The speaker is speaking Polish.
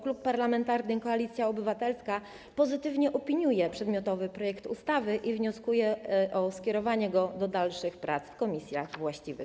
Klub Parlamentarny Koalicja Obywatelska pozytywnie opiniuje przedmiotowy projekt ustawy i wnosi o skierowanie go do dalszych prac we właściwych komisjach.